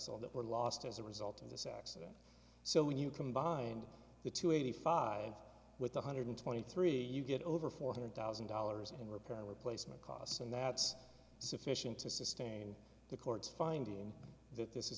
or that were lost as a result of this accident so when you combined the two eighty five with one hundred twenty three you get over four hundred thousand dollars in repair replacement costs and that's sufficient to sustain the court's finding that this is